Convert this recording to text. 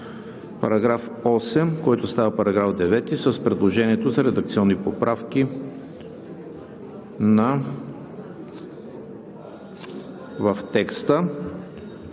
за § 8, който става § 9 с предложението за редакционни поправки в текста;